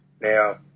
Now